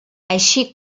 així